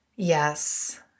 Yes